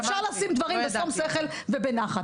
ואפשר לשים דברים בשום שכל ובנחת.